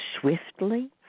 swiftly